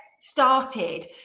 started